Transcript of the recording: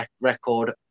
record